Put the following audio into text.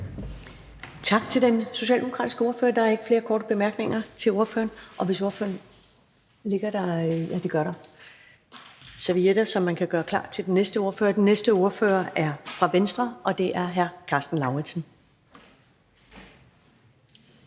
Tak til den socialdemokratiske ordfører. Der er ikke flere korte bemærkninger til ordføreren. Og så ligger der servietter til afspritning, så man kan gøre klar til den næste ordfører. Den næste ordfører er fra Venstre, og det er hr. Karsten Lauritzen.